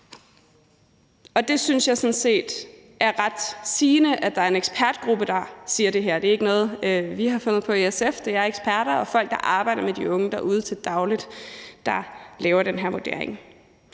det er ret sigende, at der er en ekspertgruppe, der siger det her. Det er ikke noget, vi har fundet på i SF; det er eksperter og folk, der arbejder med de unge derude til daglig, der laver den her vurdering.